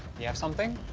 we have something.